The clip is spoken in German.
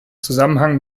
zusammenhang